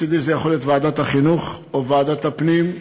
מצדי זאת יכולה להיות ועדת החינוך או ועדת הפנים.